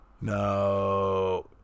no